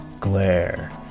glare